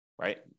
right